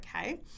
okay